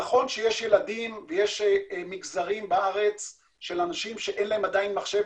נכון שיש ילדים ומגזרים בארץ של אנשים שאין להם עדיין מחשב,